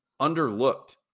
underlooked